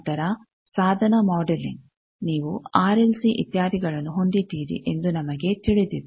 ನಂತರ ಸಾಧನ ಮಾಡೆಲಿಂಗ್ ನೀವು ಆರ್ಎಲ್ಸಿ RLC ಇತ್ಯಾದಿಗಳನ್ನು ಹೊಂದಿದ್ದೀರಿ ಎಂದು ನಮಗೆ ತಿಳಿದಿದೆ